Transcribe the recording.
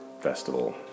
festival